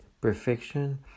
perfection